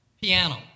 piano